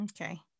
Okay